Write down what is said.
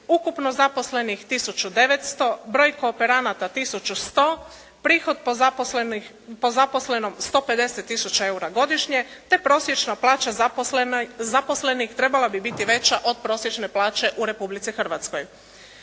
ukupno zaposlenih tisuću 900, broj kooperanata tisuću 100, prihod po zaposlenom 150 tisuća eura godišnje te prosječna plaća zaposlenih trebala bi biti veća od prosječne plaće u Republici Hrvatskoj.